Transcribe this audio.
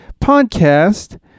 podcast